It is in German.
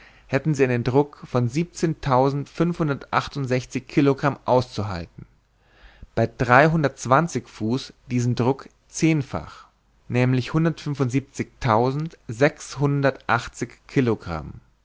hätten sie einen druck von siebenzehntausendfünfhundertachtundsechzig kilogramm auszuhalten bei dreihundertundzwanzig fuß diesen druck zehnfach nämlich